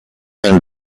and